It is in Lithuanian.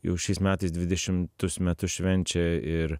jau šiais metais dvidešimtus metus švenčia ir